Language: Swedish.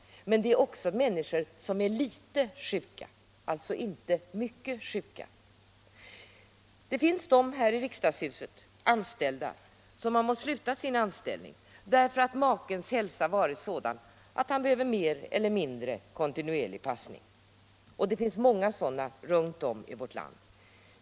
Men det är också människor som är litet sjuka — alltså inte mycket sjuka. Det finns här i riksdagshuset anställda som har måst sluta sin anställning därför att makens hälsa varit sådan att han behöver mer eller mindre kontinuerlig passning, och det är många runt om i vårt land som befinner sig i en sådan situation.